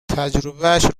تجربهاش